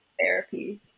therapy